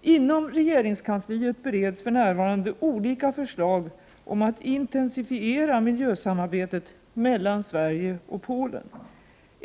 Inom regeringskansliet bereds för närvarande olika förslag om att intensifiera miljösamarbetet mellan Sverige och Polen.